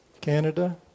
Canada